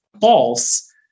false